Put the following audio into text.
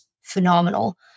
phenomenal